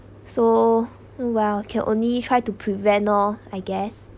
so well can only try to prevent lor I guess